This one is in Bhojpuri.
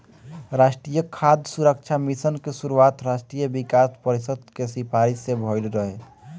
राष्ट्रीय खाद्य सुरक्षा मिशन के शुरुआत राष्ट्रीय विकास परिषद के सिफारिस से भइल रहे